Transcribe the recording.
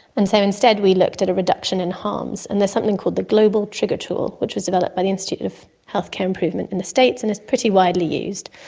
and so instead we looked at a reduction in harms. and there's something called the global global trigger tool which was developed by the institute of healthcare improvement in the states and is pretty widely used,